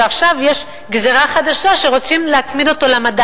ועכשיו יש גזירה חדשה שרוצים להצמיד אותו למדד.